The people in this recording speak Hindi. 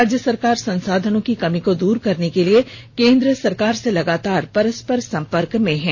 राज्य सरकार संसाधनों की कमी को दूर करने के लिए केंद्र सरकार से लगातार परस्पर संपर्क में है